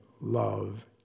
love